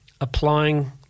applying